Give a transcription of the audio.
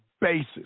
basis